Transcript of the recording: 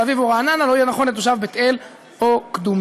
אביב או רעננה לא יהיה נכון לתושב בית אל או קדומים.